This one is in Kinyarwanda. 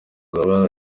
zaba